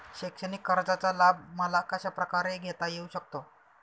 शैक्षणिक कर्जाचा लाभ मला कशाप्रकारे घेता येऊ शकतो?